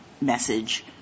message